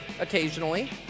occasionally